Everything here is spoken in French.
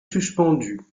suspendu